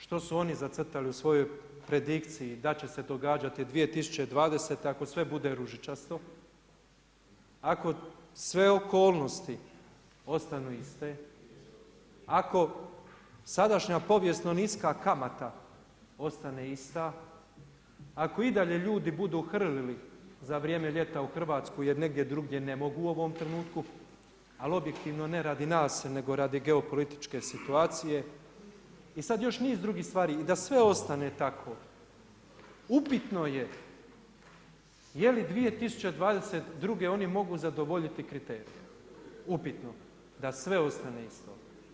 Što su oni zacrtali u svojoj predikciji da će se događati 2020. ako sve bude ružičasto, ako sve okolnosti ostanu iste, ako sadašnja povijesno niska kamata ostane ista, ako i dalje ljudi budu hrlili za vrijeme ljeta u Hrvatsku jer negdje drugdje ne mogu u ovom trenutku, ali objektivno ne radi nas, nego radi geopolitičke situacije i sada još niz drugih stvari i da sve ostane tako upitno je je li 2022. oni mogu zadovoljiti kriterije, upitno da sve ostane isto.